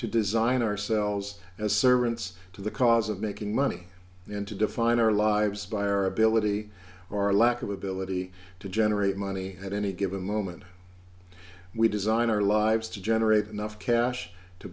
to design ourselves as servants to the cause of making money and to define our lives by our ability or lack of ability to generate money at any given moment we design our lives to generate enough cash to